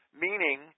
Meaning